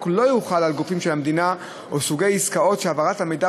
לא יחול על גופים של המדינה או סוגי עסקאות שהעברת המידע